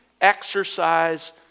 exercise